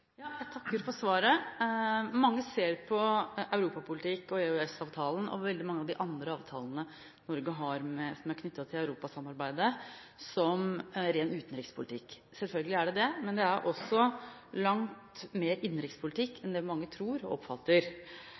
Jeg takker for svaret. Mange ser på Europa-politikken og EØS-avtalen og veldig mange av de andre avtalene Norge har som er knyttet til Europa-samarbeidet, som ren utenrikspolitikk. Selvfølgelig er det det, men det er også langt mer innenrikspolitikk enn det mange tror og oppfatter.